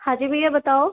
हाँ जी भैया बताओ